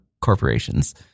corporations